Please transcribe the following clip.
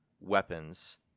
weapons